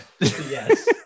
Yes